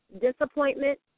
Disappointment